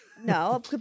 No